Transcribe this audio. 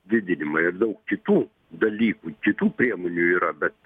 didinimą ir daug kitų dalykų kitų priemonių yra bet